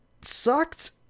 sucked